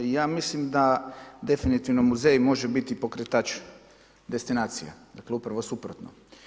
I ja mislim da definitivno muzej može biti pokretač destinacija, dakle upravo suprotno.